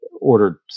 ordered